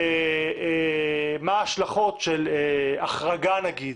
מה ההשלכות של החרגה נגיד